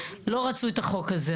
לא רצו את החוק הזה,